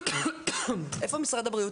משרד הבריאות